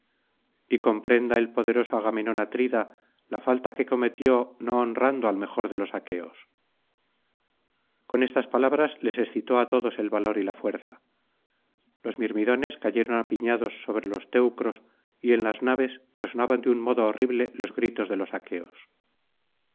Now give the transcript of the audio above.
y comprenda el poderoso agamenón atrida la falta que cometió no honrando al mejor de los aqueos con estas palabras les excitó á todos el valor y la fuerza los mirmidones cayeron apiñados sobre los teucros y en las naves resonaban de un modo horrible los gritos de los aqueos